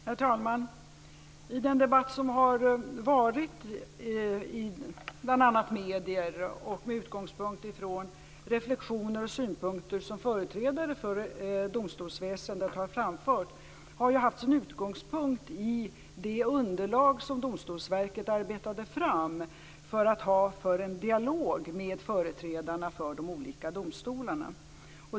Herr talman! Den debatt som har förekommit i bl.a. medier, och med utgångspunkt från reflexioner och synpunkter som företrädare för domstolsväsendet har framfört, har ju haft sin utgångspunkt i det underlag som Domstolsverket arbetade fram för att ha för en dialog med företrädarna för de olika domstolarna.